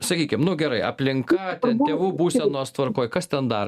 sakykim nu gerai aplinka tėvų būsenos tvarkoj kas ten dar